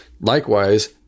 Likewise